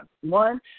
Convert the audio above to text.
one